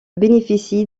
bénéficient